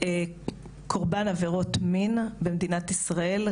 קורבן עבירות מין במדינת ישראל,